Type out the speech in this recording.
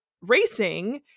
racing